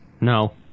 No